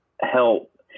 help